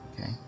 Okay